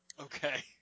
Okay